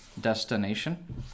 destination